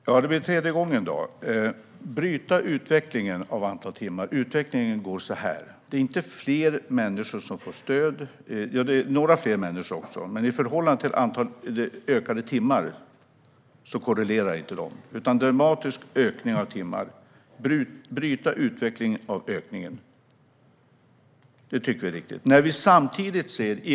Fru talman! För tredje gången: Det handlar om att bryta utvecklingen av antalet timmar. Utvecklingen går rakt uppåt. Det är något fler människor som får stöd, men det korrelerar inte med antalet ökade timmar. Det är en dramatisk ökning av antalet timmar, och vi vill bryta denna utveckling. Det tycker vi är riktigt.